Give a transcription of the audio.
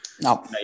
no